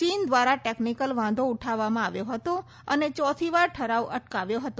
ચીન દ્વારા ટેકનિકલ વાંધો ઉઠાવવામાં આવ્યો હતો અને ચોથીવાર ઠરાવ અટકાવ્યો હતો